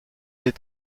des